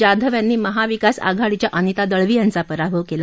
जाधव यांनी महाविकास आघाडीच्या अनिता दळवी यांचा पराभव केला